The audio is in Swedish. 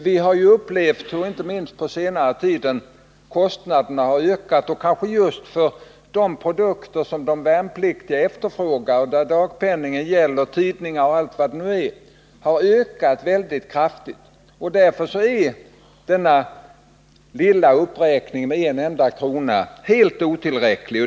Vi har upplevt hur priserna —inte minst på senaste tiden — har ökat, och kanske just på de produkter som de värnpliktiga efterfrågar. Priserna på tidningar och allt vad det nu är har stigit kraftigt. Därför är en uppräkning med 1 kr. helt otillräcklig.